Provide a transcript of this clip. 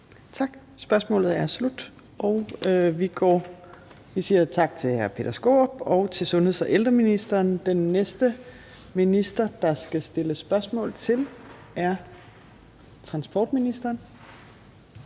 Tak. Spørgsmålet er slut. Vi siger tak til hr. Peter Skaarup og sundheds- og ældreministeren. Den næste minister, der skal stilles spørgsmål til, er transportministeren,